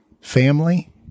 family